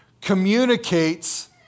communicates